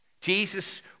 Jesus